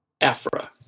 Afra